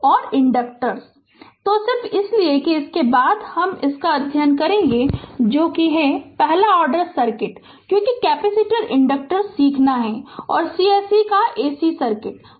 Refer Slide Time 2925 तो सिर्फ इसलिए कि इसके बाद हम इसका अध्ययन करेंगे जो कि है पहला ऑर्डर सर्किट क्योंकि कैपेसिटर इंडक्टर्स सीखना है और c se का AC सर्किट है